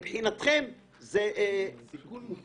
לגבי הנושא שלא יודעים שזה סיגריה אלקטרונית זה סיכון מופחת.